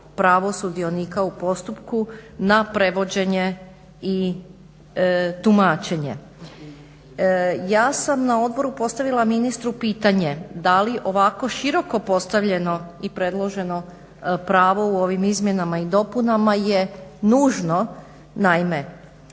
pravo sudionika u postupku na prevođenje i tumačenje. Ja sam na odboru postavila ministru pitanje, da li ovako široko postavljeno i predloženo pravo u ovim izmjenama i dopunama je nužno? Naime,